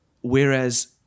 Whereas